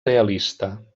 realista